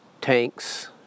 tanks